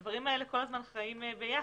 הדברים האלה כל הזמן חיים ביחד.